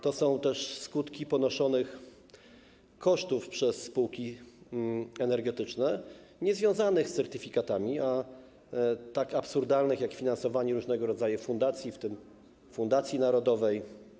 To są też skutki ponoszonych przez spółki energetyczne kosztów niezwiązanych z certyfikatami, a tak absurdalnych jak finansowanie różnego rodzaju fundacji, w tym Fundacji Narodowej.